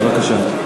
בבקשה.